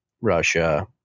Russia